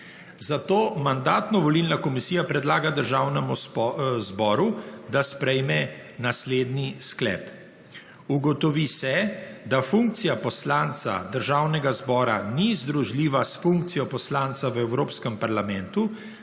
Zato Mandatno-volilna komisija predlaga Državnemu zboru, da sprejme naslednji sklep: Ugotovi se, da funkcija poslanca Državnega zbora ni združljiva s funkcijo poslanca v Evropskem parlamentu,